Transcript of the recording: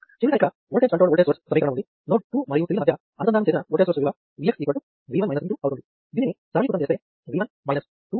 చివరగా ఇక్కడ voltage controlled voltage source సమీకరణం ఉంది నోడ్ 2 మరియు 3 ల మధ్య అనుసంధానం చేసిన ఓల్టేజ్ సోర్స్ విలువ Vx అవుతుంది